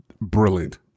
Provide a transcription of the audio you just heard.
Brilliant